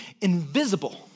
invisible